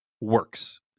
works